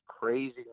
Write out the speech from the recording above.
crazy